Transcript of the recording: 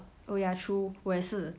oh ya true 我也是